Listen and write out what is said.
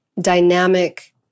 dynamic